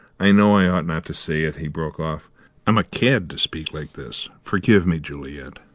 i know i ought not to say it, he broke off i'm a cad to speak like this. forgive me, juliet.